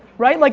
right? like